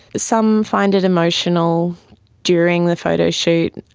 some find it emotional during the photo shoot,